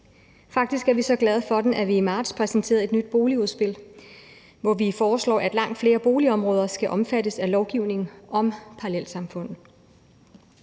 Faktisk er vi så glade for den, at vi i marts præsenterede et nyt boligudspil, hvor vi foreslår, at langt flere boligområder skal omfattes af lovgivning om parallelsamfund.